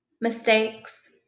mistakes